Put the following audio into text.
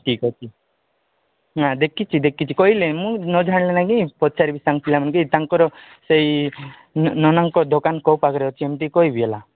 ଠିକ୍ ଅଛି ନା ଦେଖିଛି ଦେଖିଛି କହିଲେ ମୁଁ ନଜାଣିଲେ ନାହିଁ ପଚାରିବି ସାଙ୍ଗ ପିଲାମାନଙ୍କ ତାଙ୍କର ସେଇ ନା ନନାଙ୍କ ଦୋକାନ କୋଉ ପାଖରେ ଅଛି ଏମତି କହିବି ହେଲା